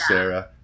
Sarah